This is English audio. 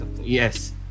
Yes